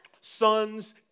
sons